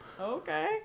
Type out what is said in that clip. Okay